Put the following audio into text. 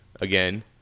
again